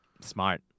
Smart